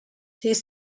his